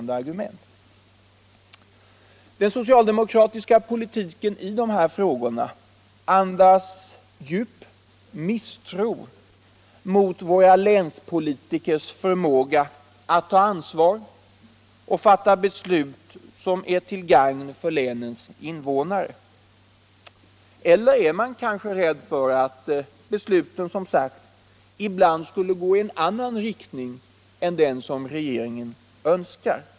Den socialdemokratiska politiken i de här frågorna andas djup misstro mot våra länspolitikers förmåga att ta ansvar och fatta beslut som är till gagn för länens invånare. Eller är man kanske rädd för att besluten ibland skulle gå i en annan riktning än den som regeringen önskar?